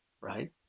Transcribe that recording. right